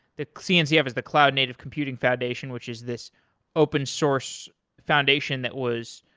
the cncf is the cloud native computing foundation, which is this open source foundation that was